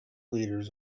liters